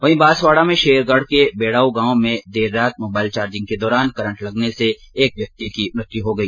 वहीं बांसवाड़ा में शेरगढ़ के बेडाउ गाँव में देर रात मोबाईल चार्जिंग के दौरान करंट लगने से एक व्यक्ति की मृत्यु हो गई